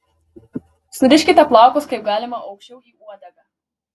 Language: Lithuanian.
suriškite plaukus kaip galima aukščiau į uodegą